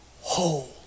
whole